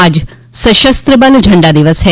आज सशस्त्र बल झंडा दिवस है